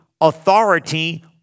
authority